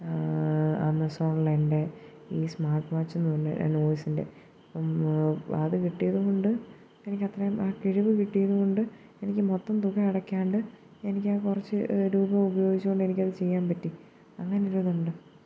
ആമസോണിലെൻ്റെ ഈ സ്മാർട്ട് വാച്ചെന്നു പറഞ്ഞാൽ നോയ്സ്സിൻ്റെ അതു കിട്ടിയതു കൊണ്ട് എനിക്കത്രയും കിഴിവു കിട്ടിയതു കൊണ്ട് എനിക്ക് മൊത്തം തുക അടക്കാണ്ട് എനിക്കാ കുറച്ചു രൂപ ഉപയോഗിച്ചു കൊണ്ട് എനിക്കതു ചെയ്യാൻ പറ്റി അങ്ങനെ ഒരിതുണ്ട്